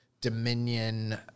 Dominion